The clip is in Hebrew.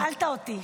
שאלת אותי,